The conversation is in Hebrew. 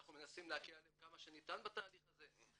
אנחנו מנסים להקל עליהם כמה שניתן בתהליך הזה,